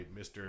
Mr